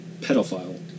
pedophile